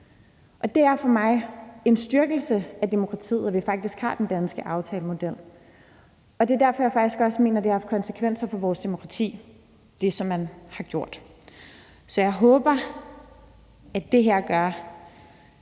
Det er for mig en styrkelse af demokratiet, at vi faktisk har den danske aftalemodel, og det er derfor, jeg faktisk også mener, det har haft konsekvenser for vores demokrati, hvad man har gjort. Så jeg håber at det her gør,